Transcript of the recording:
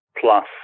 plus